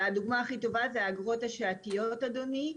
הדוגמה הכי טובה זה האגרות השעתיות אדוני,